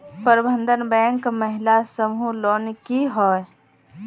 प्रबंधन बैंक महिला समूह लोन की होय?